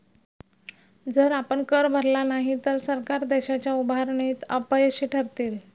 जर आपण कर भरला नाही तर सरकार देशाच्या उभारणीत अपयशी ठरतील